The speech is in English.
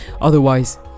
Otherwise